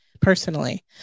personally